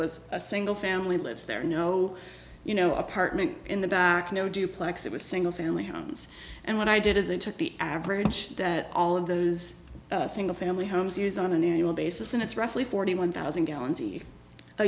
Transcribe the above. was a single family lives there are no you know apartment in the back no duplex it was single family homes and what i did is it took the average that all of those single family homes use on an annual basis and it's roughly forty one thousand gallons a